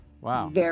Wow